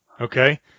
Okay